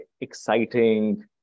exciting